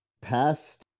Past